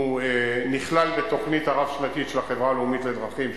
הוא נכלל בתוכנית הרב-שנתית של החברה הלאומית לדרכים,